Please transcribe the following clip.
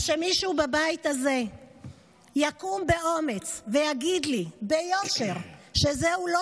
אז שמישהו בבית הזה יקום באומץ ויגיד לי ביושר שזהו לא